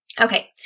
Okay